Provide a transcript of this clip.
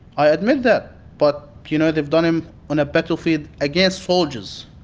i admit that, but you know they've done them on a battlefield against soldiers.